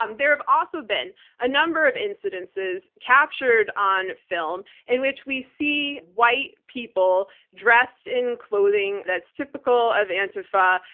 um there have also been a number of incidences captured on film in which we see white people dressed in clothing that's typical of antifa,